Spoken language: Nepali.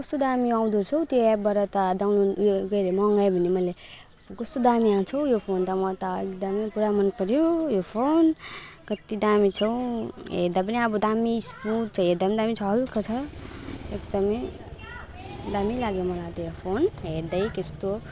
कस्तो दामी आउँदो रहेछ हौ त्यो एप्पबाट त डाउनलोड ऊ यो के अरे मगायो भने मैले कस्तो दामी आएछ हौ यो फोन त म त एकदमै पुरा मन पऱ्यो यो फोन कत्ति दामी छ हौ हेर्दा पनि अब दामी स्मुथ हेर्दा पनि दामी छ हलका छ एकदमै दामी लाग्यो मलाई त यो फोन हेर्दै त्यस्तो